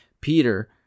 Peter